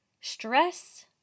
stress